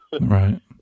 right